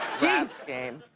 geez! raps game.